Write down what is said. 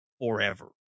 forever